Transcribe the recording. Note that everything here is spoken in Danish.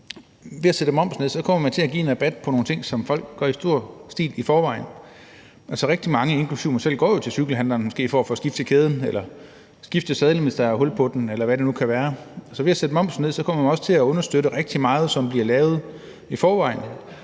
ved at sætte momsen ned kommer man til at give en rabat på nogle ting, som folk i stor stil gør i forvejen. Altså, rigtig mange, inklusive mig selv, går jo måske til cykelhandleren for at få skiftet kæden eller skiftet sadlen, hvis der er hul på den, eller hvad det nu kan være. Så ved at sætte momsen ned kommer man også til at understøtte rigtig meget, som bliver lavet i forvejen,